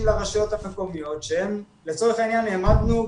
ורמי הרווחה היו צריכים לדאוג להעביר את המנה החמה